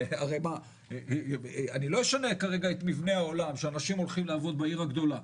לא אשנה כרגע את מבנה העולם שאנשים הולכים לעבוד בעיר הגדולה.